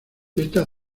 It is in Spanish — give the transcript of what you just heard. esta